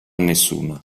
nessuna